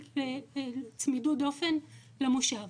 בצמידות דופן למושב.